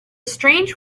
strange